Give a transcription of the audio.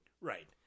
Right